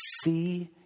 see